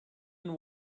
and